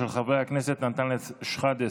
של חברי הכנסת אנטאנס שחאדה,